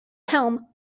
helm